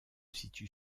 situe